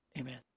Amen